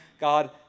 God